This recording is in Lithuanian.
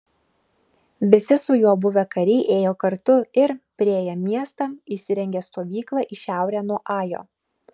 visi su juo buvę kariai ėjo kartu ir priėję miestą įsirengė stovyklą į šiaurę nuo ajo